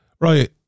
right